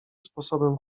sposobem